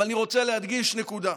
אבל אני רוצה להדגיש נקודה.